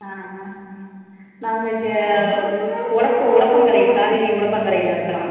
ஆ ஆ நாங்கள் இங்க உடப்ப உடப்பங்கரை காவேரி உடப்பங்கரையில் இருக்கிறோம்